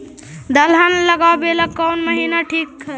दलहन लगाबेला कौन महिना ठिक होतइ?